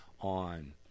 on